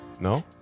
No